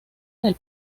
del